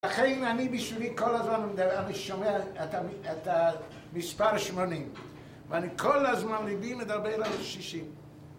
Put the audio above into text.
ולכן אני בשבילי כל הזמן, אני שומע את המספר שמונים ואני כל הזמן מבין את הרבה אלפים ושישים